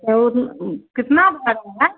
तो कितना भाड़ा है